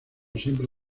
siempre